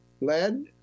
lead